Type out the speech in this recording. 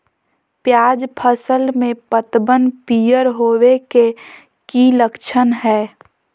प्याज फसल में पतबन पियर होवे के की लक्षण हय?